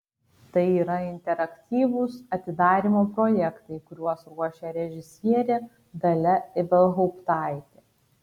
tai yra interaktyvūs atidarymo projektai kuriuos ruošia režisierė dalia ibelhauptaitė